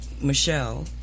Michelle